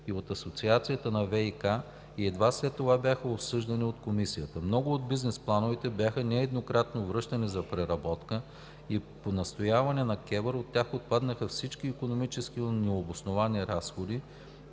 и от Асоциацията по ВиК и едва след това бяха обсъждани от Комисията. Много от бизнес плановете бяха нееднократно връщани за преработка и по настояване на КЕВР от тях отпаднаха всички икономически необосновани разходи,